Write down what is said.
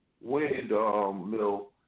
windmill